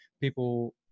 people